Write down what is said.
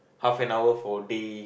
half an hour for a day